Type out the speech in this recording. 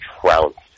trounced